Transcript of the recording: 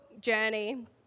journey